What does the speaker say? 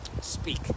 Speak